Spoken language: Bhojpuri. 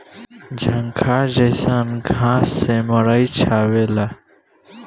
झंखार जईसन घास से मड़ई छावला